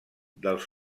dels